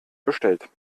bestellt